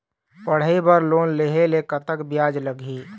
पढ़ई बर लोन लेहे ले कतक ब्याज लगही?